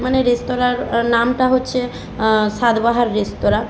মানে রেস্তোরাঁর নামটা হচ্ছে স্বাদবাহার রেস্তোরাঁ